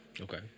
Okay